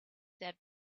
that